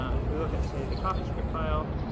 and if we look at say the coffeescript file,